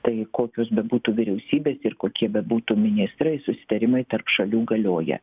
tai kokios bebūtų vyriausybės ir kokie bebūtų ministrai susitarimai tarp šalių galioja